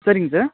சரிங்க சார்